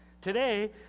Today